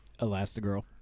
elastigirl